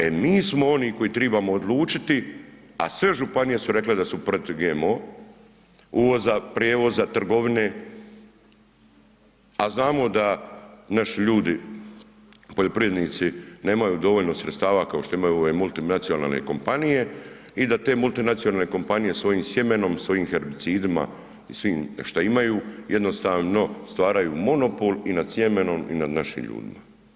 E mi smo oni koji trebamo odlučiti a sve županije su rekle da su protiv GMO uvoza, prijevoza, trgovine a znamo da naši ljudi, poljoprivrednici nemaju dovoljno sredstava kao što imaju ove multinacionalne kompanije i da te multinacionalne kompanije svojim sjemenom, svojim herbicidima i svim šta imaju jednostavno stvaraju monopol i nad sjemenom i nad našim ljudima.